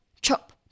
chop